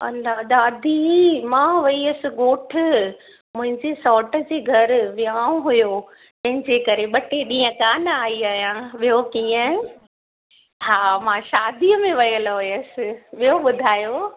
अलाह दादी मां वई हुयसि ॻोठु मुंहिंजे सौटु जे घर वियाह हुयो जंहिंजे करे ॿ टे ॾींहं कोन्ह आई आहियां ॿियो कीअं आहे हा मां शादी ते वियलि हुयसि ॿियो ॿुधायो